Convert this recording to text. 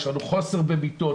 יש לנו חוסר במיטות,